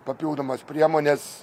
papildomas priemones